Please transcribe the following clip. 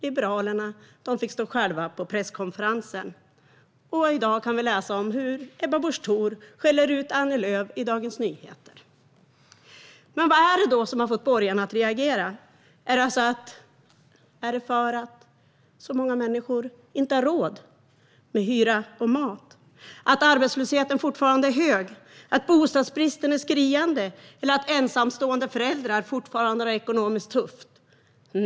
Liberalerna fick stå ensamma på presskonferensen, och i dag kan vi läsa hur Ebba Busch Thor skäller ut Annie Lööf i Dagens Nyheter. Men vad är det då som fått borgarna att reagera? Är det att så många människor inte har råd med hyra och mat, att arbetslösheten fortfarande är hög, att bostadsbristen är skriande eller att ensamstående föräldrar fortfarande har det ekonomiskt tufft?